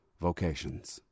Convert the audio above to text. vocations